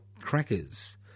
crackers